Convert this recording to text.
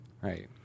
Right